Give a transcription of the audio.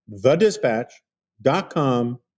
thedispatch.com